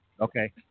Okay